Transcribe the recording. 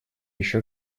еще